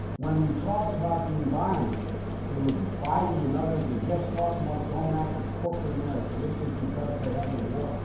when we talked about the environment it was biden and others were just talking about going after corporate america. this is because they had the war.